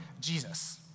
Jesus